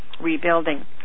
rebuilding